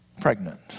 pregnant